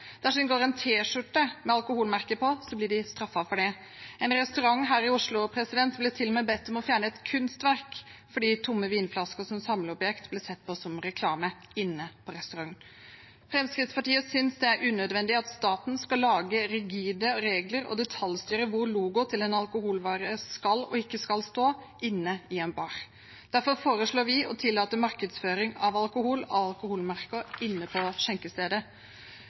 En restaurant her i Oslo ble til og med bedt om å fjerne et kunstverk inne i restauranten fordi tomme vinflasker som samleobjekt ble sett på som reklame. Fremskrittspartiet synes det er unødvendig at staten skal lage rigide regler og detaljstyre hvor logoen til en alkoholvare skal stå og ikke stå inne i en bar. Derfor foreslår vi å tillate markedsføring av alkohol/alkoholmerker inne på skjenkestedet.